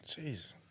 Jeez